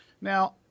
Now